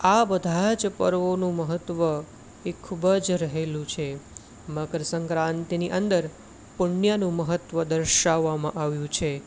આ બધા જ પર્વોનું મહત્ત્વ એ ખૂબ જ રહેલું છે મકરસંક્રાંતિની અંદર પુણ્યનું મહત્ત્વ દર્શાવવામાં આવ્યું છે